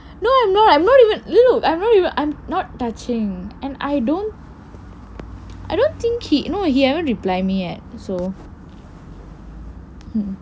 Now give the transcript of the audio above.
no I'm not look I'm not even you know I'm not texting I don't I don't think he no he haven't reply me yet so